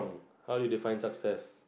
how do you define success